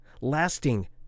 lasting